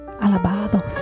alabado